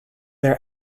their